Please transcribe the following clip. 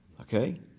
Okay